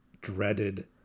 dreaded